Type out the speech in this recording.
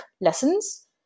lessons